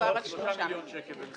קליטת